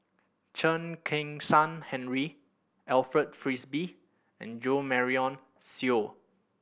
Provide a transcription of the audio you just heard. Chen Kezhan Henri Alfred Frisby and Jo Marion Seow